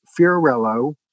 Fiorello